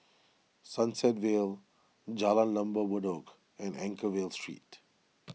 Sunset Vale Jalan Lembah Bedok and Anchorvale Street